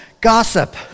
gossip